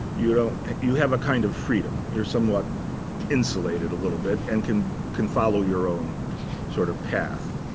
you know you have a kind of freedom. you're somewhat insulated a little bit and can can follow your own sort of path.